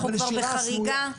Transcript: אנחנו בחריגה,